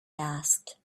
asked